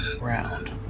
round